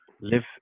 live